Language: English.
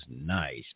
nice